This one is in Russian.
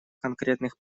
конкретных